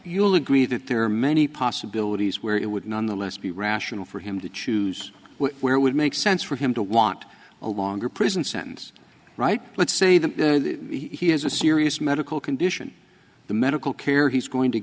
you'll agree that there are many possibilities where it would nonetheless be rational for him to choose where it would make sense for him to want a longer prison sentence right let's say that he has a serious medical condition the medical care he's going to